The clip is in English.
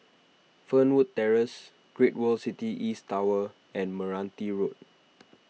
Fernwood Terrace Great World City East Tower and Meranti Road